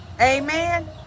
amen